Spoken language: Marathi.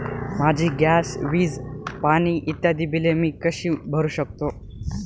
माझी गॅस, वीज, पाणी इत्यादि बिले मी कशी भरु शकतो?